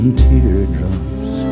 teardrops